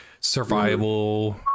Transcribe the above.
survival